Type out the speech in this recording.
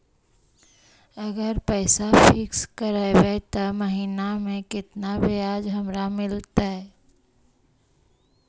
अगर पैसा फिक्स करबै त महिना मे केतना ब्याज हमरा मिलतै?